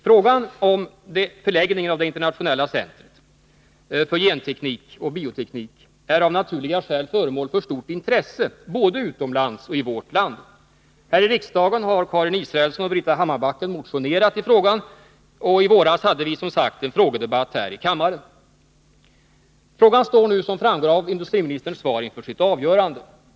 Frågan om förläggningen av det internationella centret för genteknik och bioteknik är av naturliga skäl föremål för stort intresse både utomlands ochi vårt land. Här i riksdagen har Karin Israelsson och Britta Hammarbacken motionerat i frågan, och i våras hade vi, som sagt, en frågedebatt här i kammaren. Frågan står nu, som framgår av industriministerns svar, inför sitt avgörande.